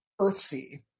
Earthsea